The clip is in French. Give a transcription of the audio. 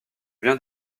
viens